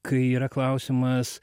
kai yra klausimas